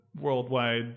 worldwide